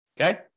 Okay